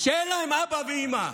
שאין להם אבא ואימא.